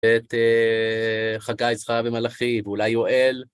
את חגי זכריה ומלאכי ואולי יואל.